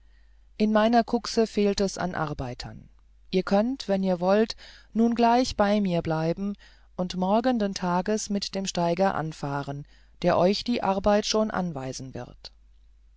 in meiner kuxe fehlt es an arbeitern ihr könnt wenn ihr wollt nun gleich bei mir bleiben und morgenden tages mit dem steiger anfahren der euch die arbeit schon anweisen wird